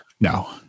No